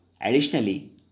Additionally